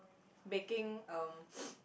baking um